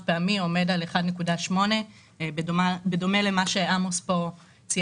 פעמי עומד על 1.8 בדומה למה שציין עמוס שקד,